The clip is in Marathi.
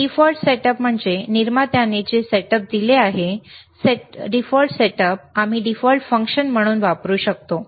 डीफॉल्ट सेटअप म्हणजे निर्मात्याने जे सेटअप दिले आहे डीफॉल्ट सेटअप आम्ही डीफॉल्ट फंक्शन म्हणून वापरू शकतो